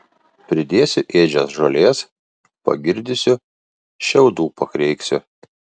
pridėsiu ėdžias žolės pagirdysiu šiaudų pakreiksiu